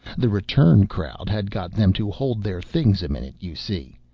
the return crowd had got them to hold their things a minute, you see.